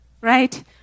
right